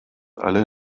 alle